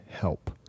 help